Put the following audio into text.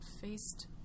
faced